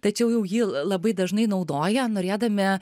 tačiau jau jį labai dažnai naudoja norėdami